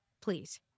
Please